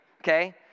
Okay